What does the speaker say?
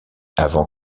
avant